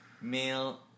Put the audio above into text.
male